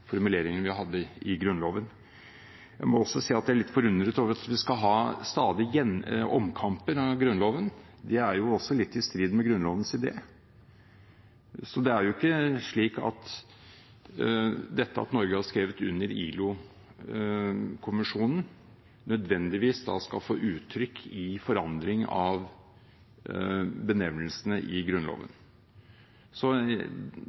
formuleringen vi hadde i Grunnloven. Jeg må også si at jeg er litt forundret over at vi stadig skal ha omkamper om Grunnloven. Det er også litt i strid med Grunnlovens idé. Det er ikke slik at det at Norge har underskrevet ILO-konvensjonen, nødvendigvis skal bli uttrykt ved forandring av benevnelsene i Grunnloven.